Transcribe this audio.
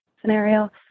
scenario